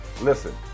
Listen